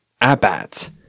at-bats